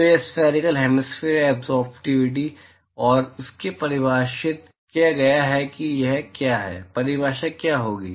तो यह spectral hemispherical absorptivity और इसे परिभाषित किया गया है कि यह क्या है परिभाषा क्या होगी